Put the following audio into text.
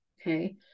okay